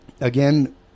Again